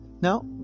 now